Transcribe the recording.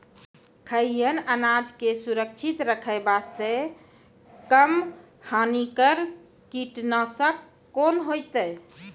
खैहियन अनाज के सुरक्षित रखे बास्ते, कम हानिकर कीटनासक कोंन होइतै?